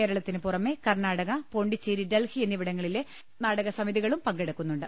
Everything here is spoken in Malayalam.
കേരളത്തിന് പുറമെ കർണ്ണാടക പ്പോണ്ട്ടിച്ചേരി ഡൽഹി എന്നിവിടങ്ങളിലെ നാടക സമിതികളും പങ്കെടുക്കുന്നുണ്ട്